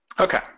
Okay